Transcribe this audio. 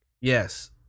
Yes